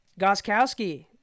Goskowski